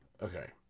Okay